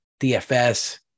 DFS